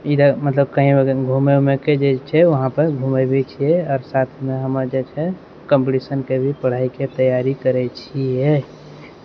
कभी कभी घूमैके जे छै साथमे घूमै भी छिए साथमे आओर कॉम्पटिशनके भी तैयारी करै छिए साथमे